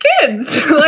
kids